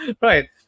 Right